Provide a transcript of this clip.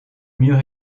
mieux